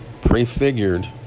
prefigured